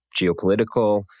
geopolitical